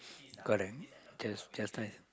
correct just just nice